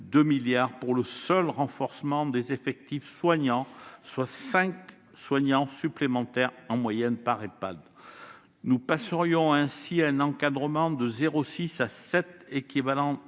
ans au seul renforcement des effectifs de soignants, soit cinq soignants supplémentaires en moyenne par Ehpad. Nous passerions ainsi à un encadrement de 0,6 à 0,7 équivalent